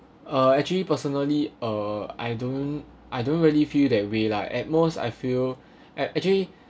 uh actually personally uh I don't I don't really feel that way lah at most I feel actually